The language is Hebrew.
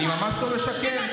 אני ממש לא משקר.